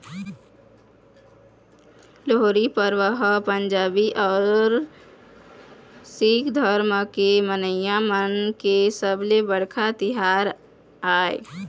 लोहड़ी परब ह पंजाबी अउ सिक्ख धरम के मनइया मन के सबले बड़का तिहार आय